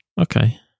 Okay